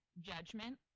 judgment